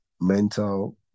mental